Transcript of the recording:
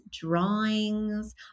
drawings